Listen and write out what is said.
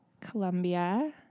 Colombia